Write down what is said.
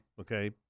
okay